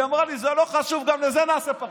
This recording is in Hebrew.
היא אמרה לי: זה לא חשוב, גם לזה נעשה פרשנות.